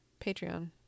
Patreon